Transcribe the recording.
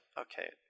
okay